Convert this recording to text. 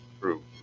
true